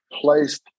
placed